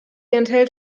enthält